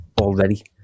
already